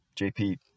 jp